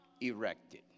erected